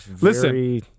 Listen